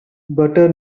butter